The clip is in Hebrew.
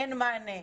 אין מענה.